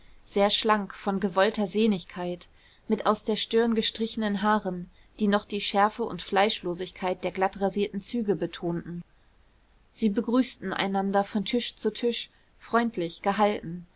sehr schlank von gewollter sehnigkeit mit aus der stirn gestrichenen haaren die noch die schärfe und fleischlosigkeit der glattrasierten züge betonten sie begrüßten einander von tisch zu tisch freundlich gehalten